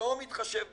שלא מתחשב במיעוט.